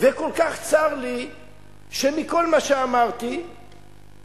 וכל כך צר לי שמכל מה שאמרתי נולד